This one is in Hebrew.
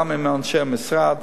גם עם אנשי המשרד,